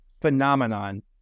phenomenon